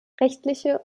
rechtliche